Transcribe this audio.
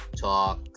talk